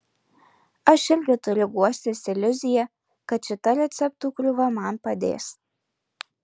aš irgi turiu guostis iliuzija kad šita receptų krūva man padės